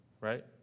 right